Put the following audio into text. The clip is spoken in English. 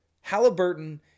Halliburton